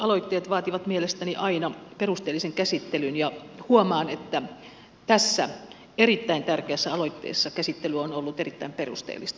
kansalaisaloitteet vaativat mielestäni aina perusteellisen käsittelyn ja huomaan että tässä erittäin tärkeässä aloitteessa käsittely on ollut erittäin perusteellista